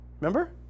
Remember